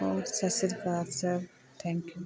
ਔਰ ਸਤਿ ਸ਼੍ਰੀ ਅਕਾਲ ਸਰ ਥੈਂਕ ਊ